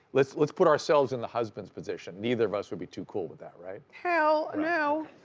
let's let's put ourselves in the husband's position. neither of us would be too cool with that, right? hell no!